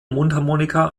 mundharmonika